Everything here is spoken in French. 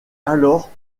alors